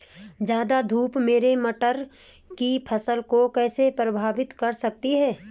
ज़्यादा धूप मेरी मटर की फसल को कैसे प्रभावित कर सकती है?